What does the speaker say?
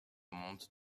montre